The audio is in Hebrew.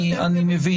אני מבין.